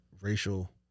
Racial